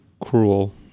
cruel